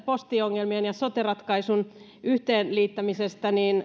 postiongelmien ja sote ratkaisun yhteenliittämiseen